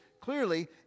clearly